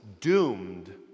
doomed